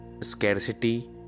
scarcity